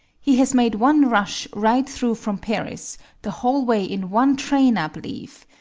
he has made one rush right through from paris the whole way in one train, i believe.